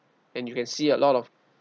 and you can see a lot of